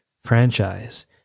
franchise